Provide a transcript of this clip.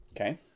Okay